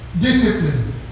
Discipline